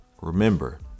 Remember